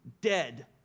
dead